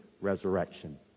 resurrection